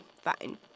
fine